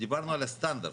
דיברנו על הסטנדרט.